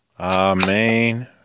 Amen